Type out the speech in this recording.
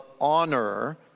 honor